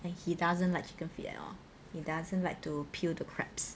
and he doesn't like chicken feet at all he doesn't like to peel the crabs